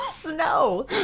Snow